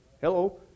Hello